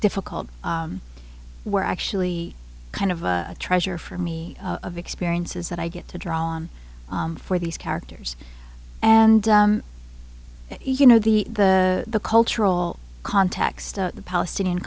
difficult were actually kind of a treasure for me of experiences that i get to draw on for these characters and you know the the cultural context of the palestinian